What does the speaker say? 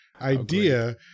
idea